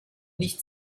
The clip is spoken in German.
nicht